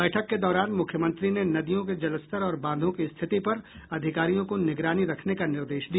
बैठक के दौरान मुख्यमंत्री ने नदियों के जलस्तर और बांधों की स्थिति पर अधिकारियों को निगरानी रखने का निर्देश दिया